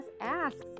asks